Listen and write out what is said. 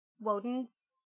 Woden's